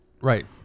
Right